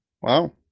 Wow